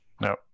No